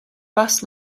bus